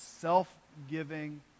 self-giving